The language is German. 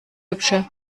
hübsche